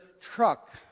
truck